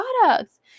products